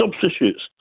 substitutes